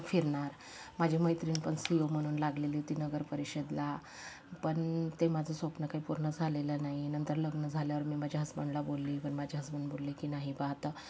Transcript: फिरणार माझी मैत्रीण पण सी ई ओ म्हणून लागलेली होती नगरपरिषदेला पण ते माझं स्वप्न काही पूर्ण झालेलं नाही नंतर लग्न झाल्यावर मी माझ्या हजबंडला बोलली पण माझे हजबंड बोलले नाही बा आता